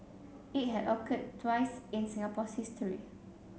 it had occurred twice in Singapore's history